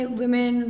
women